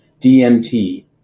DMT